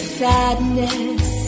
sadness